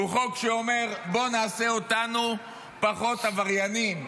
הוא חוק שאומר: בואו נעשה אותנו פחות עבריינים,